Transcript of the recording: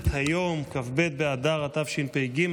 "ב באדר התשפ"ג,